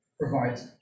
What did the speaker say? provides